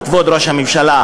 כבוד ראש הממשלה.